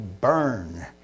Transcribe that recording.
burn